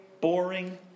boring